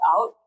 out